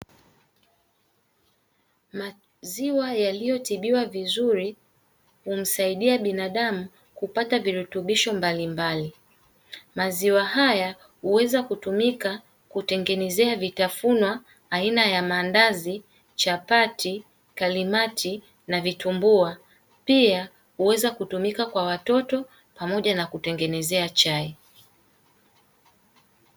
Maziwa yaliyotibiwa vizuri, humsaidia binadamu kupata virutubisho mbalimbali. Huweza kutumika kutengeneza vitafunwa aina ya maandazi, chapati, kalimati na vitumbua. Pia huweza kutumika kwa watoto pamoja na kutengeneza chai.